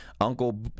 Uncle